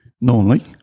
normally